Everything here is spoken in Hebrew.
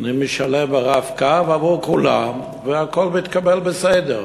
אני משלם ב"רב-קו" עבור כולם, והכול מתקבל בסדר.